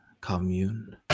commune